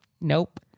Nope